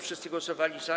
Wszyscy głosowali za.